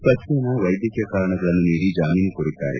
ಸಕ್ಲೇನಾ ವೈದ್ಯಕೀಯ ಕಾರಣಗಳನ್ನು ನೀಡಿ ಜಾಮೀನು ಕೋರಿದ್ದಾರೆ